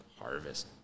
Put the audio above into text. harvest